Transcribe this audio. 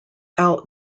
out